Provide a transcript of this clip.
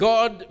God